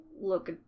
look